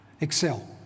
Excel